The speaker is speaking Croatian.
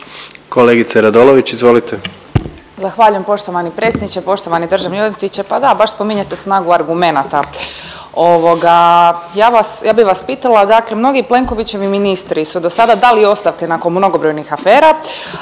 **Radolović, Sanja (SDP)** Zahvaljujem poštovani predsjedniče. Poštovani državni odvjetniče pa da baš spominjete snagu argumenata ovoga ja vas, ja bi vas pitala dakle mnogi Plenkovićevi ministri su dosada dali ostavke nakon mnogobrojnih afera,